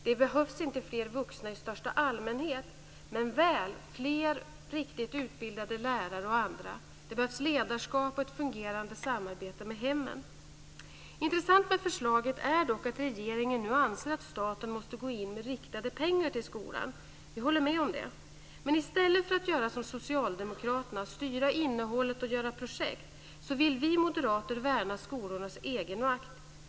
Det behövs inte fler vuxna i största allmänhet, men väl fler riktigt utbildade lärare och andra. Det behövs ledarskap och ett fungerande samarbete med hemmen. Intressant med förslaget är dock att regeringen nu anser att staten måste gå in med riktade pengar till skolan. Vi håller med om det. Men i stället för att göra som socialdemokraterna och styra innehållet och göra projekt, vill vi moderater värna skolornas egenmakt.